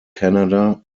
canada